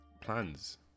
plans